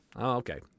okay